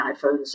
iPhones